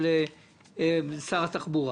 משר הביטחון,